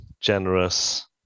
generous